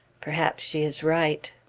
perhaps she is right.